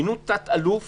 מינו תת-אלוף